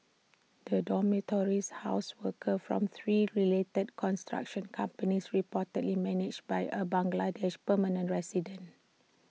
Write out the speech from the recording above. the dormitories housed workers from three related construction companies reportedly managed by A Bangladeshi permanent resident